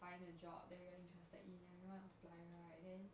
find a job that we're interested in and we want to apply right then